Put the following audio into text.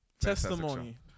Testimony